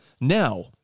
Now